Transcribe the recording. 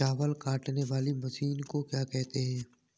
चावल काटने वाली मशीन को क्या कहते हैं?